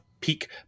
peak